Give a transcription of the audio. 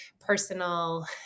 personal